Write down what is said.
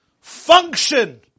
function